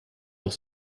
auch